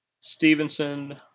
Stevenson